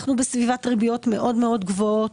אנחנו בסביבת ריביות מאוד גבוהות,